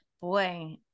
Boy